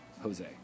Jose